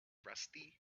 rusty